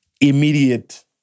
immediate